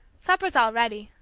supper's all ready,